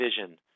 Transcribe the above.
vision